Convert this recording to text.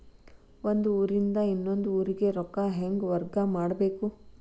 ಒಂದ್ ಊರಿಂದ ಇನ್ನೊಂದ ಊರಿಗೆ ರೊಕ್ಕಾ ಹೆಂಗ್ ವರ್ಗಾ ಮಾಡ್ಬೇಕು?